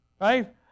right